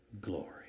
glory